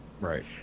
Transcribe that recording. Right